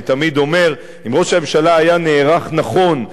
אני תמיד אומר: אם ראש הממשלה היה נערך נכון,